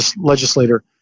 legislator